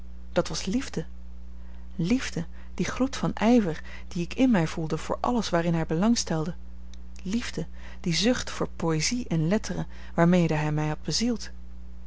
uitdrukte dat was liefde liefde die gloed van ijver dien ik in mij voelde voor alles waarin hij belang stelde liefde die zucht voor poëzie en letteren waarmede hij mij had bezield